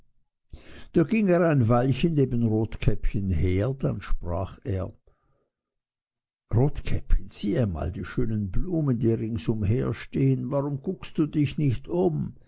da ging er ein weilchen neben rotkäppchen her dann sprach er rotkäppchen sieh einmal die schönen blumen die ringsumher stehen warum guckst du dich nicht um